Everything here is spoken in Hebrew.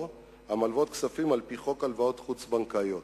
המלוות כספים על-פי חוק הלוואות חוץ-בנקאיות.